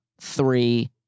three